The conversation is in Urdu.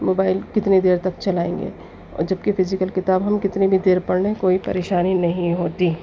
موبائل کتنی دیر تک چلائیں گے اور جبکہ فزیکل کتاب ہم کتنی بھی دیر پڑھ لیں کوئی پریشانی نہیں ہوتی